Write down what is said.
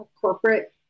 corporate